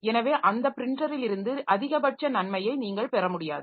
எனவே அந்த ப்ரின்டரிலிருந்து அதிகபட்ச நன்மையை நீங்கள் பெற முடியாது